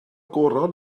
goron